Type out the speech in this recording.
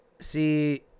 See